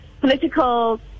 political